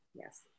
Yes